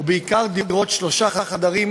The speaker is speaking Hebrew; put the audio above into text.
ובעיקר דירות שלושה חדרים,